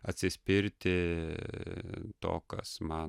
atsispirti to kas man